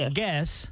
guess